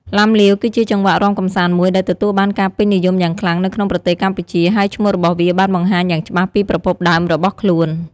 ឡាំលាវ គឺជាចង្វាក់រាំកម្សាន្តមួយដែលទទួលបានការពេញនិយមយ៉ាងខ្លាំងនៅក្នុងប្រទេសកម្ពុជា ហើយឈ្មោះរបស់វាបានបង្ហាញយ៉ាងច្បាស់ពីប្រភពដើមរបស់ខ្លួន។